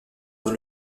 dans